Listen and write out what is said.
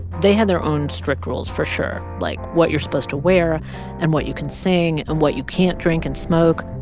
they had their own strict rules for sure, like what you're supposed to wear and what you can sing and what you can't drink and smoke.